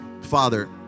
Father